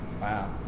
Wow